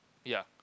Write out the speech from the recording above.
ya